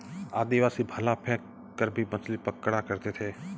आदिवासी भाला फैंक कर भी मछली पकड़ा करते थे